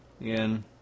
Again